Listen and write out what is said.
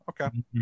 okay